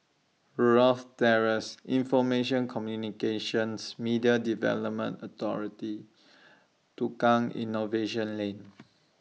Rosyth Terrace Infomation Communications Media Development Authority Tukang Innovation Lane